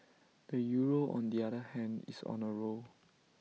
the euro on the other hand is on A roll